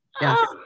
yes